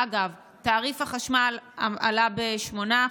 אגב, תעריף החשמל עלה ב-8%.